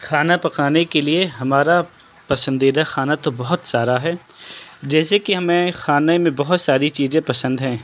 کھانا پکانے کے لیے ہمارا پسندیدہ کھانا تو بہت سارا ہے جیسے کہ ہمیں کھانے میں بہت ساری چیزیں پسند ہیں